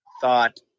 thought